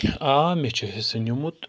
آ مےٚ چھِ حصہٕ نِمُت